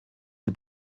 die